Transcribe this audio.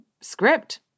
script